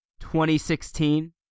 2016